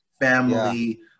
family